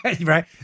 Right